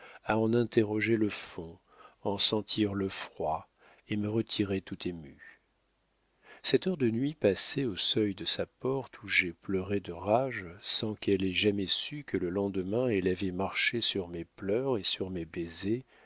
à en interroger le fond en sentir le froid et me retirer tout ému cette heure de nuit passée au seuil de sa porte où j'ai pleuré de rage sans qu'elle ait jamais su que le lendemain elle avait marché sur mes pleurs et sur mes baisers